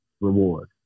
reward